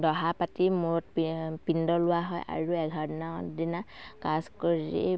দহা পাতি মূৰত পিণ্ড লোৱা হয় আৰু এঘাৰ দিনৰ দিনা কাজ কৰি